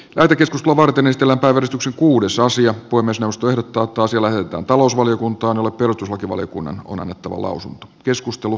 kai te keskus nuorten estellä päivystyksen kuudessa asia voi myös jaosto ehdottaa toiselle talousvaliokuntaan jolle perustuslakivaliokunnan on annettava lähetetään valtiovarainvaliokuntaan